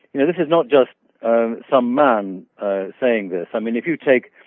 you know this is not just um some men saying this. i mean if you take,